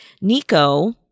Nico